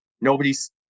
nobody's